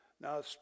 Now